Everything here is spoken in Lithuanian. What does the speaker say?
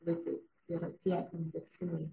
laikai tai yra tie indeksiniai